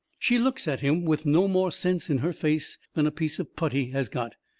she looks at him with no more sense in her face than a piece of putty has got.